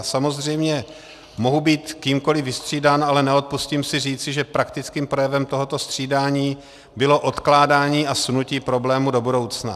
Samozřejmě mohu být kýmkoli vystřídán, ale neodpustím si říci, že praktickým projevem tohoto střídání bylo odkládání a sunutí problému do budoucna.